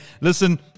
listen